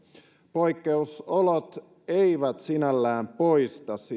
poikkeusolot eivät siis sinällään poista